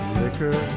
liquor